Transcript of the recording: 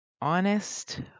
honest